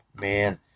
man